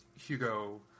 Hugo